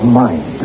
mind